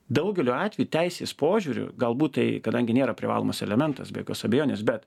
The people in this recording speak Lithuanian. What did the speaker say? daugeliu atvejų teisės požiūriu galbūt tai kadangi nėra privalomas elementas be jokios abejonės bet